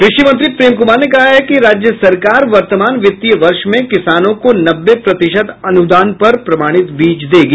कृषि मंत्री प्रेम कुमार ने कहा है कि राज्य सरकार वर्तमान वित्तीय वर्ष में किसानों को नब्बे प्रतिशत अनुदान पर प्रमाणित बीज देगी